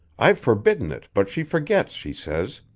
i've forbidden it, but she forgets, she says,